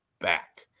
back